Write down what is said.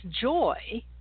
joy